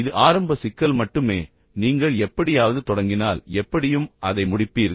இது ஆரம்ப சிக்கல் மட்டுமே நீங்கள் எப்படியாவது தொடங்கினால் எப்படியும் அதை முடிப்பீர்கள்